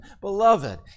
Beloved